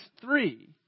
three